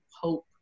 hope